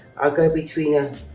i'll go between a